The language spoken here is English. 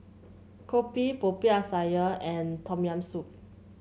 kopi Popiah Sayur and Tom Yam Soup